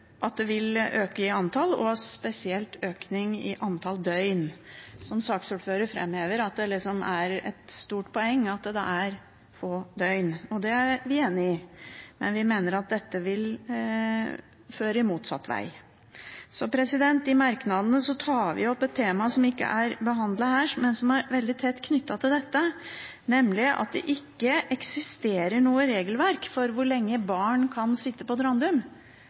økning i antall døgn. Som saksordføreren framhever, at det er et stort poeng at det er få døgn, er vi enig i, men vi mener at dette vil føre til det motsatte. I merknadene tar vi opp et tema som ikke er behandlet her, men som er tett knyttet til dette, nemlig at det ikke eksisterer noe regelverk for hvor lenge barn kan sitte på